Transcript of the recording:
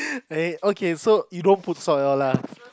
eh okay so you don't put salt at all lah